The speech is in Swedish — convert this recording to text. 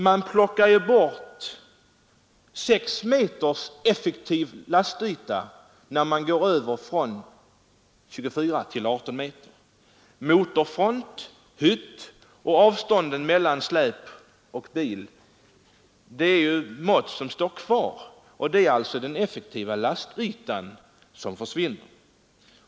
Man plockar nämligen bort 6 meters effektiv lastyta, när man går över från 24 till 18 meters totallängd. Motorfront, hytt och avståndet mellan släp och bil är ju mått som står kvar, och det är alltså den effektiva lastytan som reduceras.